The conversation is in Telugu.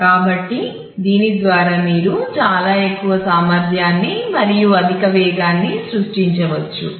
కాబట్టి దీని ద్వారా మీరు చాలా ఎక్కువ సామర్థ్యాన్ని మరియు అధిక వేగాన్ని సృష్టించవచ్చు